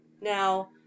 Now